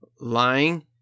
lying